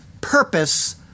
purpose